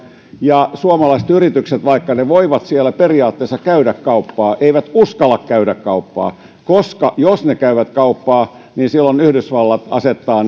ja suomalaiset yritykset vaikka ne voivat siellä periaatteessa käydä kauppaa eivät uskalla käydä kauppaa koska jos ne käyvät kauppaa silloin yhdysvallat asettaa